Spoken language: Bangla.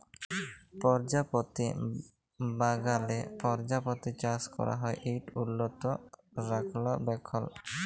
পরজাপতি বাগালে পরজাপতি চাষ ক্যরা হ্যয় ইট উল্লত রখলাবেখল